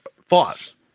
thoughts